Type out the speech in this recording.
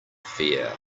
fear